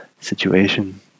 situation